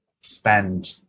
spend